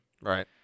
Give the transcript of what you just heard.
Right